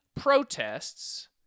protests